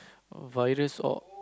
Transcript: virus or